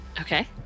okay